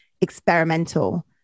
experimental